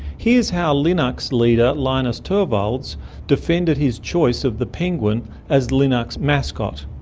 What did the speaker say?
here's how linux's leader linus torvalds defended his choice of the penguin as linux's mascot.